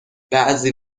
بعضی